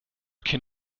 can